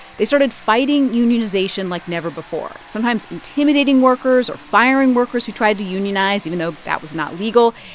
they started fighting unionization like never before, sometimes intimidating workers or firing workers who tried to unionize, even though that was not legal,